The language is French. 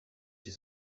chez